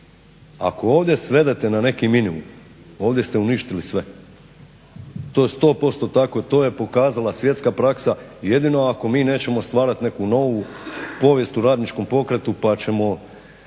Ako ovdje svedete na neki minimum ovdje ste uništili sve. To je sto posto tako. To je pokazala svjetska praksa. Jedino ako mi nećemo stvarati neku novu povijest u radničkom pokretu, pa ćemo